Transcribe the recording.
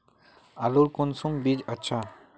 आलूर कुंसम बीज अच्छा?